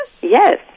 Yes